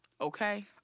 Okay